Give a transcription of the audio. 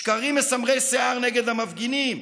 שקרים מסמרי שיער נגד המפגינים,